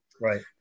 Right